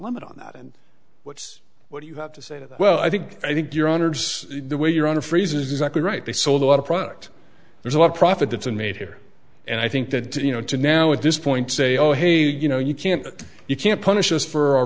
limit on that and what's what do you have to say that well i think i think your honor the way your honor phrases exactly right they sold a lot of product there's a lot of profit that isn't made here and i think that you know to now at this point say oh hey you know you can't you can't punish us for